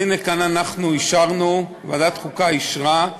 והנה, כאן אנחנו אישרנו, ועדת החוקה אישרה,